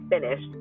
finished